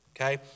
Okay